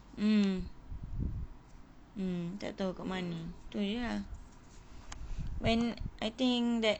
mm mm tak tahu kat mana tu jer ah when I think that